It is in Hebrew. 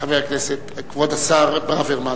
חבר הכנסת כבוד השר ברוורמן.